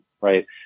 right